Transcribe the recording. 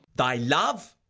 thy love!